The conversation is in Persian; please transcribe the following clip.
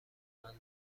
کنند